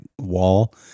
wall